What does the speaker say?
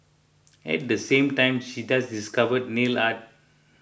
and at the same time she just discovered nail art